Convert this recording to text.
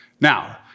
Now